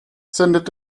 sendet